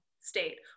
state